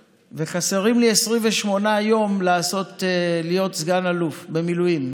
היום אני רב-סרן וחסרים לי 28 יום להיות סגן אלוף במילואים.